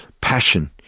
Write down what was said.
passion